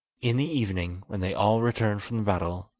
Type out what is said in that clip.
in the evening, when they all returned from the battle,